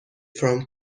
from